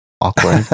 Awkward